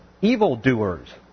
evildoers